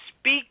speak